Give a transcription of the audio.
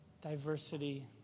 diversity